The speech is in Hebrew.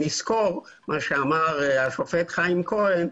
נזכור מה שאמר השופט חיים כהן,